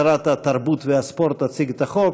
שרת התרבות והספורט תציג את החוק.